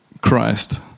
Christ